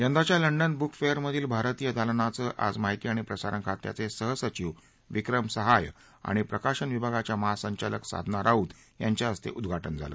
यंदाच्या London book fair मधील भारतीय दालनाचे आज माहिती आणि प्रसारण खात्याचे सहसचीव विक्रम सहाय आणि प्रकाशन विभागाच्या महासंचालक साधना राऊत यांच्या हस्ते उद्धाटन झालं